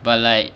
but like